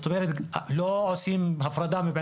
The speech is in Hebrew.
לא עושים הפרדה.